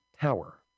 tower